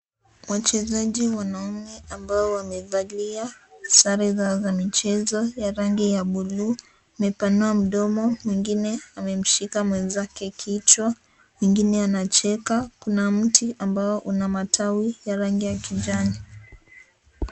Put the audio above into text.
Wachezaji wanaume ambao wamevalia, sare zao michezo ya rangi ya blue , amepanua mdomo, mwingine, amemshika mwenzake kichwa, mwingine anacheka, kuna mti ambao una matawi, ya rangi ya kijani.